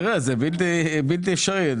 זה בלתי אפשרי.